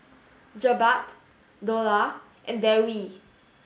Jebat Dollah and Dewi